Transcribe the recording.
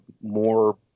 more